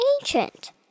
ancient